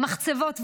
מחצבות ועוד.